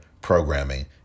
programming